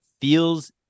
feels